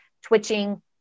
twitching